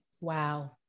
Wow